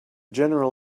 general